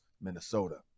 Minnesota